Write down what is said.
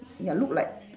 ya look like